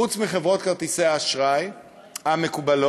מלבד חברות כרטיסי האשראי המקובלות,